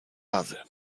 razy